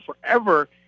forever